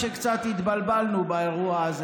חבר הכנסת איתן גינזבורג, אינו נוכח.